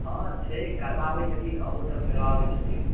हँ छै करबाबै छथिन आ ओहू सऽ खेलबाबै छथिन